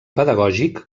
pedagògic